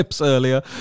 earlier